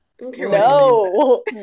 No